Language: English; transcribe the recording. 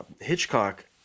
Hitchcock